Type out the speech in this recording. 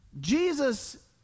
Jesus